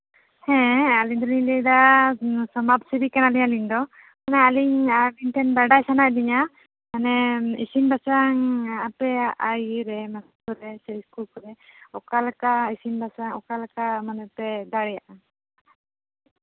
ᱦᱮᱸ ᱟᱹᱞᱤᱧ ᱫᱚᱞᱤᱧ ᱞᱟᱹᱭᱫᱟ ᱥᱚᱢᱟᱡᱽ ᱥᱮᱵᱤ ᱠᱟᱱᱟᱞᱤᱧ ᱟᱹᱞᱤᱧ ᱫᱚ ᱚᱱᱟ ᱟᱹᱞᱤᱧ ᱵᱟᱰᱟᱭ ᱥᱟᱱᱟᱭᱮᱫ ᱞᱤᱧᱟ ᱢᱟᱱᱮ ᱤᱥᱤᱱ ᱵᱟᱥᱟᱝ ᱟᱯᱮᱭᱟᱜ ᱤᱭᱟᱹᱨᱮ ᱦᱚᱥᱴᱮᱞ ᱨᱮ ᱥᱮ ᱤᱥᱠᱩᱞ ᱠᱚᱨᱮᱫ ᱚᱠᱟ ᱞᱮᱠᱟ ᱤᱥᱤᱱ ᱵᱟᱥᱟᱝ ᱚᱠᱟ ᱞᱮᱠᱟ ᱢᱟᱱᱮ ᱯᱮ ᱫᱟᱲᱮᱭᱟᱜᱼᱟ